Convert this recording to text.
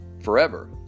forever